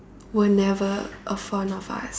were never a fond of us